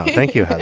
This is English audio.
thank you